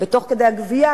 ותוך כדי הגבייה,